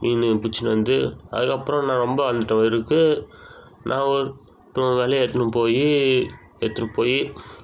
மீன் பிடிச்சின்னு வந்து அதுக்கப்புறம் நான் ரொம்ப வளர்ந்துட்ட பிறகு நான் ஒரு தோ வலையை எடுத்துன்னு போய் எடுத்துனு போய்